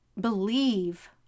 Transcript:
believe